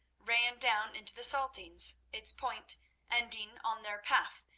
ran down into the saltings, its point ending on their path,